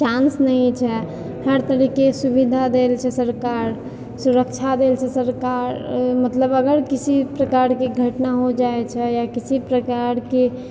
chance नही छै हर तरहकेँ सुविधा देलछै सरकार सुरक्षा देलछै सरकार मतलब अगर किसी भी प्रकारके घटना हो जाइत छै या किसी प्रकारके